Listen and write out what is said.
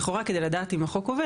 לכאורה כדי לדעת אם החוק עובד,